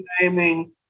naming